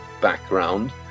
background